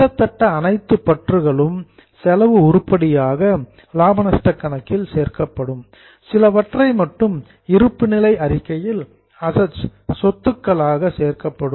கிட்டத்தட்ட அனைத்து பற்றுகளையும் செலவு உருப்படியாக லாப நஷ்டக் கணக்கில் சேர்க்கப்படும் சிலவற்றை மட்டும் இருப்புநிலை அறிக்கையில் அசட்ஸ் சொத்துக்களாக சேர்க்கப்படும்